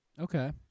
Okay